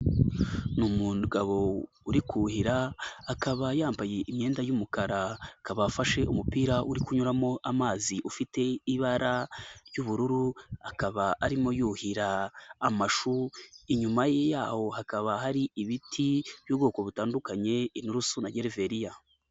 Ni umugabo uri kuhira akaba yambaye imyenda y'umukara, kaba afashe umupira uri kunyuramo amazi ufite ibara ry'ubururu, akaba arimo yuhira amashu, inyuma yaho hakaba hari ibiti by'ubwoko butandukanye inturusu na gereveriya.